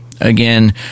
Again